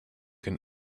can